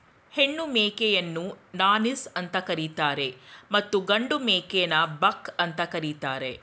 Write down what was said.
ಹೆಣ್ಣು ಮೇಕೆಯನ್ನು ನಾನೀಸ್ ಅಂತ ಕರಿತರೆ ಮತ್ತು ಗಂಡು ಮೇಕೆನ ಬಕ್ ಅಂತ ಕರಿತಾರೆ